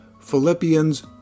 Philippians